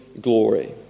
glory